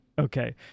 okay